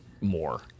more